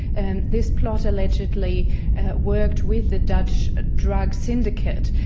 and this plot allegedly worked with the dutch drug syndicate,